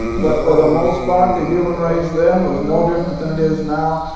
but for the most part the human race then was no different than it is now,